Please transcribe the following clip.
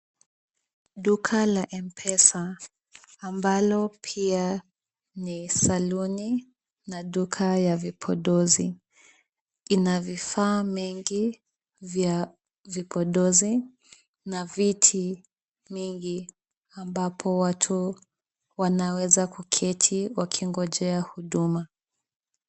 Duka la mpesa ambalo pia ni saluni na duka ya vipodozi ina vifaa mengi vya vipodozi na viti mingi ambapo watu wanaweza kuketi wakingojea huduma.